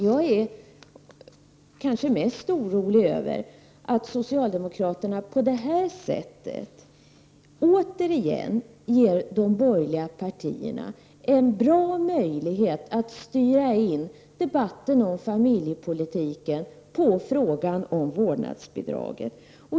Jag är kanske mest orolig över att socialdemokraterna på det här sättet återigen ger de borgerliga partierna en bra möjlighet att styra in debatten om familjepolitiken på frågan om vårdnadsbidraget.